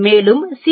மேலும் சி